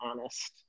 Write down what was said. honest